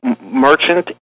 merchant